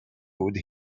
with